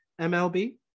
MLB